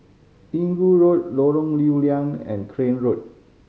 Inggu Road Lorong Lew Lian and Crane Road